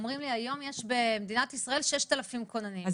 אומרים לי שהיום יש במדינת ישראל 6,000 כוננים,